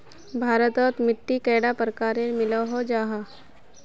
भारत तोत मिट्टी कैडा प्रकारेर मिलोहो जाहा?